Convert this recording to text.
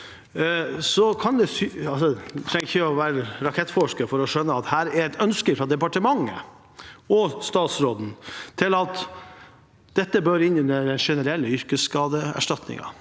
trenger man ikke være rakettforsker for å skjønne at det er et ønske fra departementet og statsråden om at dette bør inn under den generelle yrkesskadeerstatningen.